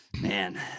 Man